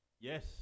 Yes